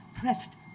pressed